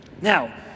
Now